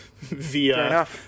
via